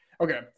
Okay